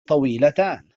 طويلتان